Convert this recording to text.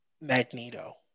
Magneto